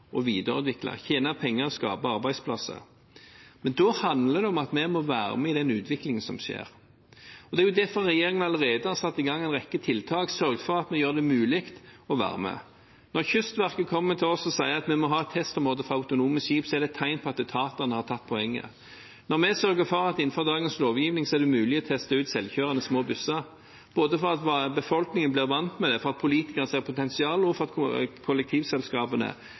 videreutvikle, tjene penger og skape arbeidsplasser. Da handler det om at vi må være med på den utviklingen som skjer. Det er derfor regjeringen allerede har satt i gang en rekke tiltak og sørget for å gjøre det mulig å være med. Når Kystverket kommer til oss og sier at de må ha et testområde for autonome skip, er det et tegn på at etatene har tatt poenget. Når vi sørger for at det innenfor dagens lovgivning er mulig å teste ut selvkjørende små busser, er det både for at befolkningen skal bli vant med det, for at politikerne skal se potensialet, og for at kollektivselskapene